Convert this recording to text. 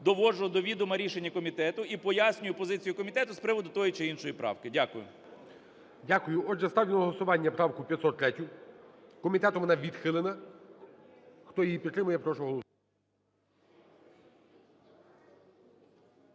доводжу до відома рішення комітету і пояснюю позицію комітету з приводу тої чи іншої правки. Дякую. ГОЛОВУЮЧИЙ. Дякую. Отже, ставлю на голосування правку 503. Комітетом вона відхилена. Хто її підтримує, прошу голосувати.